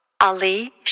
Ali